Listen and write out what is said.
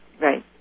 Right